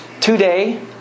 Today